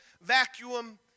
vacuum